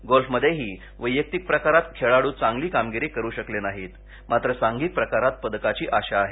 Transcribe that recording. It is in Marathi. गोल्फमधेही वैयक्तिक प्रकारात खेळाडू चांगली कामगिरी करू शकले नाहीत मात्र सांधिक प्रकारात पदकाची आशा आहे